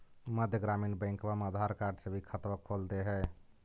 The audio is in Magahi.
मध्य ग्रामीण बैंकवा मे आधार कार्ड से भी खतवा खोल दे है?